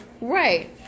Right